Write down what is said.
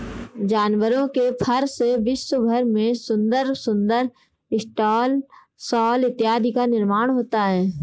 जानवरों के फर से विश्व भर में सुंदर सुंदर स्टॉल शॉल इत्यादि का निर्माण होता है